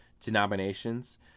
denominations